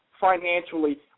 financially